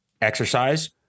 exercise